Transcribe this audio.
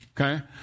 Okay